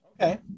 Okay